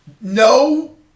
No